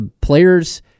players